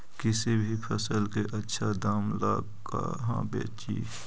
किसी भी फसल के आछा दाम ला कहा बेची?